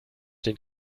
den